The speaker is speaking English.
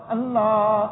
Allah